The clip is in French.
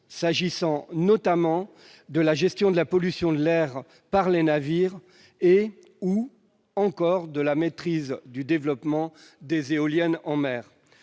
s'agissant, notamment, de la gestion de la pollution de l'air par les navires ou de la maîtrise du développement des éoliennes en mer.